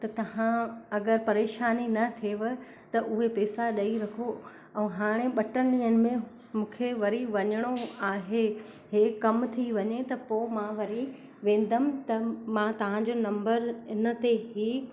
त तव्हां अगर परेशानी न अथेव त उहे पैसा ॾेई रखो ऐं हाणे ॿ टे ॾींहनि में मूंखे वरी वञिणो आहे इहो कम थी वञे त पोइ मां वरी वेंदमि त मां तव्हांजो नंबर इन ते ई